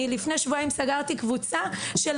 אני לפני שבועיים סגרתי קבוצה של